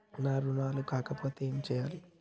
నా రుణాలు కాకపోతే ఏమి చేయాలి?